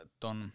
ton